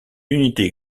unité